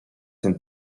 tym